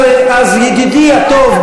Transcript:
אז ידידי הטוב,